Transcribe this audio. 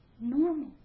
normal